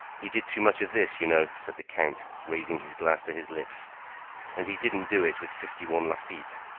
he did too much of this, you know, said the count, raising his glass to his lips and he didn't do it with fifty one lafitte.